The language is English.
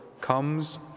comes